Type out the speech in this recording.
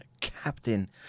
captain